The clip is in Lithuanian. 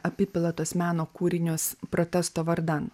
apipila tuos meno kūrinius protesto vardan